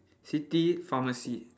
city pharmacy